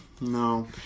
No